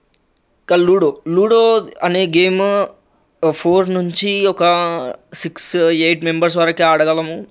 ఇంకా ludo ludo అనే game ఒక ఫోర్ నుంచి ఒక సిక్స్ ఎయిట్ మెంబెర్స్ వరకి ఆడగలము